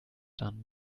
done